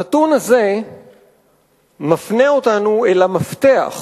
הנתון הזה מפנה אותנו אל המפתח,